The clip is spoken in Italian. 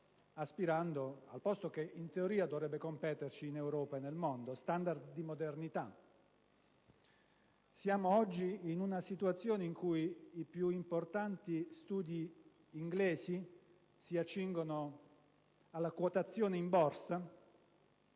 aspirando al posto che in teoria dovrebbe competerci in Europa e nel mondo, *standard* di modernità. Siamo oggi in una situazione in cui i più importanti studi inglesi si accingono alla quotazione in borsa,